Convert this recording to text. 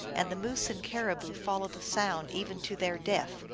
and the moose and caribou follow the sound even to their death.